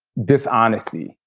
dishonesty,